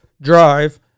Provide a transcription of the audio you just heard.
drive